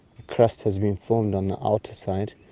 crust has been formed on the outer side.